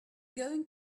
going